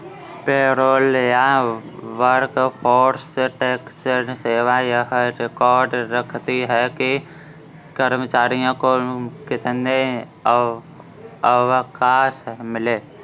payroll या workforce tax सेवा यह रिकॉर्ड रखती है कि कर्मचारियों को कितने अवकाश मिले